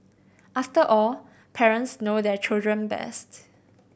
after all parents know their children best